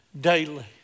daily